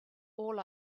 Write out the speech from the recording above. all